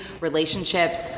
relationships